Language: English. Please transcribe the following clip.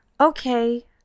Okay